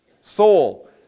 soul